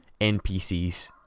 npcs